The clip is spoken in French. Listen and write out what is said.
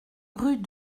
rue